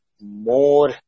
more